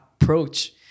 approach